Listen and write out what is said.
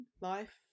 Life